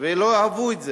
ולא אהבו את זה.